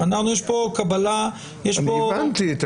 יש פה קבלה --- אני הבנתי.